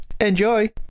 Enjoy